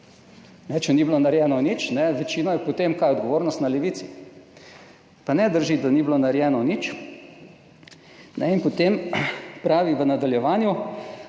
če ni bilo narejeno nič, je večinoma potem odgovornost na Levici? Pa ne drži, da ni bilo narejeno nič. In potem pravi v nadaljevanju,